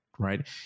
Right